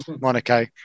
Monaco